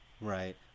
Right